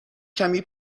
کمی